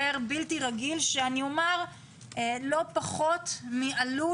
המשבר הבלתי רגיל שאני אומר לא פחות מעלול